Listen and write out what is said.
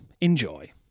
enjoy